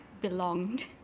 belonged